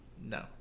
no